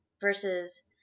versus